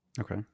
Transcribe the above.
Okay